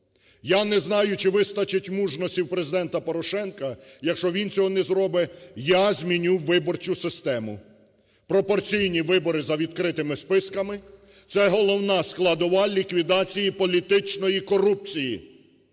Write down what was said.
Я не знаю чи вистачить мужності у Президента Порошенка, якщо він цього не зробе, я зміню виборчу систему. Пропорційні вибори за відкритими списками - це головна складова ліквідації політичної корупції.